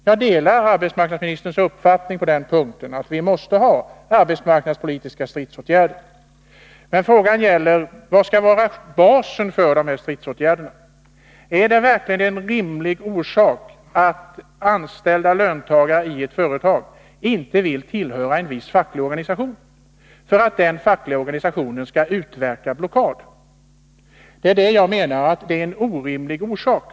Jag delar arbetsmarknadsministerns uppfattning vad gäller att vi måste ha arbetsmarknadspolitiska stridsåtgärder. Men frågan gäller vad som skall vara basen för dessa stridsåtgärder. Om anställda löntagare i ett företag inte vill tillhöra en viss facklig organisation, är det verkligen en rimlig orsak för den fackliga organisationen att utverka blockad? Det är det jag menar är en orimlig orsak.